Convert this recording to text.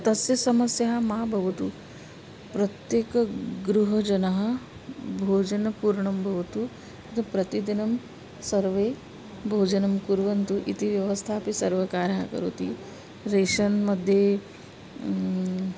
तस्य समस्याः मा भवतु प्रत्येकगृहे जनः भोजनपूर्णं भवतु तत् प्रतिदिनं सर्वे भोजनं कुर्वन्तु इति व्यवस्थापि सर्वकारः करोति रेशन् मध्ये